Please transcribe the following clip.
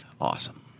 Awesome